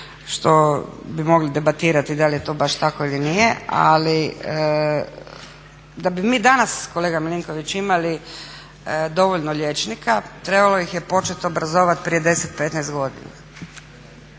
što bi mogli debatirati da li je to baš tako ili nije, ali da bi mi danas kolega Milinković imali dovoljno liječnika trebalo ih je početi obrazovati prije 10, 15 godina.